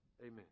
Amen